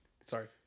sorry